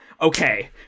Okay